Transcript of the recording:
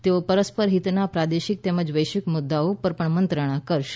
તેઓ પરસ્પર હિતના પ્રાદેશિક તેમજ વૈશ્વિક મુદ્દાઓ ઉપર પણ મંત્રણા કરશે